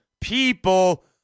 people